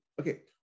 Okay